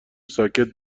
ساکت